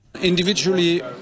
Individually